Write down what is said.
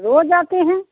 रोज़ आते हैं